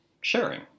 sharing